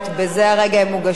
בזה הרגע הן מוגשות.